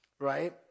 Right